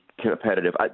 competitive